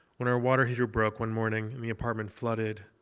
when our water heater broke one morning and the apartment flooded,